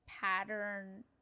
pattern